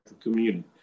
community